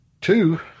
two